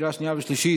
לקריאה שנייה ושלישית,